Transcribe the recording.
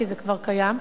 כי זה כבר קיים,